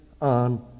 on